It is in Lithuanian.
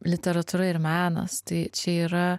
literatūra ir menas tai čia yra